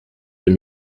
deux